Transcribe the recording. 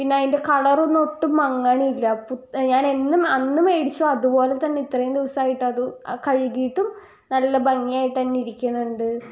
പിന്നെ അതിൻ്റെ കളറൊന്നുമൊട്ടും മങ്ങണില്ല ഞാൻ എന്നും അന്ന് മേടിച്ചോ അതുപോലെ തന്നെ ഇത്രയും ദിവസമായിട്ട് അത് കഴുകിയിട്ടും നല്ല ഭഒഗിയായിട്ട് തന്നെ ഇരിക്കണുണ്ട്